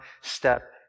step